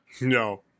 no